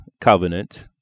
Covenant